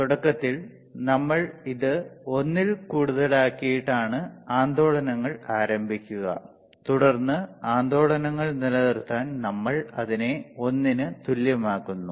തുടക്കത്തിൽ നമ്മൾ ഇത് 1 ൽ കൂടുതൽ ആക്കിയിട്ട് ആണ് ആന്ദോളനങ്ങൾ ആരംഭിക്കുക തുടർന്ന് ആന്ദോളനങ്ങൾ നിലനിർത്താൻ നമ്മൾ അതിനെ 1 ന് തുല്യമാക്കുന്നു